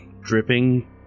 dripping